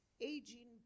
aging